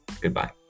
Goodbye